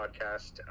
podcast